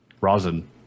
rosin